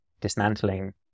dismantling